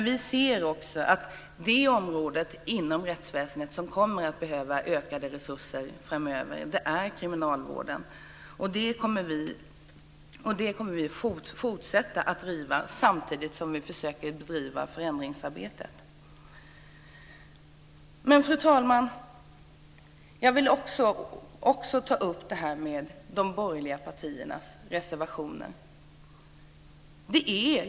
Vi ser också att det område inom rättsväsendet som kommer att behöva ökade resurser framöver är kriminalvården. De frågorna kommer vi att fortsätta att driva, samtidigt som vi försöker driva förändringsarbetet. Fru talman! Jag vill också ta upp de borgerliga partiernas reservationer.